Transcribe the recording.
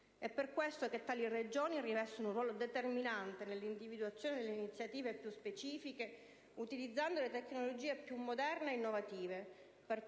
queste Regioni rivestono un ruolo determinante nell'individuazione delle iniziative più specifiche, utilizzando le tecnologie più moderne e innovative,